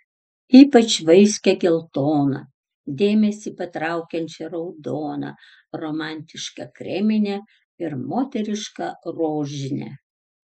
ypač vaiskią geltoną dėmesį patraukiančią raudoną romantišką kreminę ir moterišką rožinę